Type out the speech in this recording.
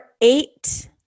eight